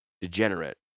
degenerate